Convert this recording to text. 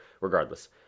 regardless –